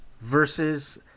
versus